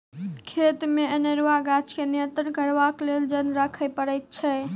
खेतमे अनेरूआ गाछ के नियंत्रण करबाक लेल जन राखय पड़ैत छै